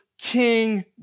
King